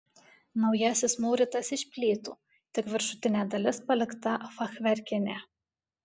naujasis mūrytas iš plytų tik viršutinė dalis palikta fachverkinė